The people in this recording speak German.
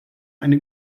eine